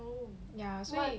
ya 所以